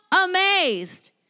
amazed